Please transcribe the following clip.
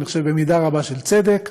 ואני חושב במידה רבה של צדק,